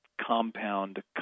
compound